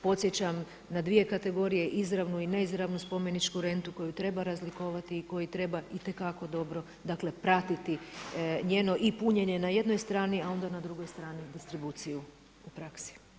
Podsjećam na dvije kategorije izravnu i neizravnu spomeničku rentu koju treba razlikovati i koju treba itekako dobro, dakle pratiti njeno i punjenje na jednoj strani a onda na drugoj strani distribuciju u praksi.